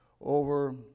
over